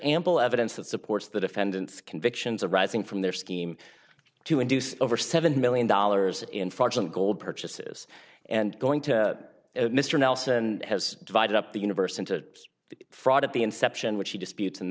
mple evidence that supports the defendant's convictions arising from their scheme to induce over seven million dollars in fortune gold purchases and going to mr nelson and has divided up the universe into a fraud at the inception which he disputes and